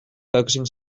focusing